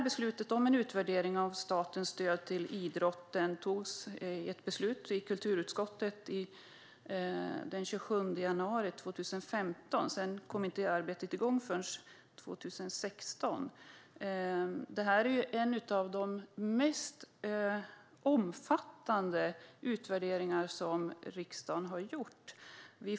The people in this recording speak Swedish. Beslutet om en utvärdering av statens stöd till idrotten togs i kulturutskottet den 27 januari 2015. Arbetet kom dock igång först 2016. Det är en av de mest omfattande utvärderingar som riksdagen har gjort.